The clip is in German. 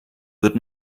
wird